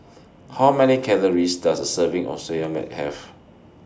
How Many Calories Does A Serving of Soya Milk Have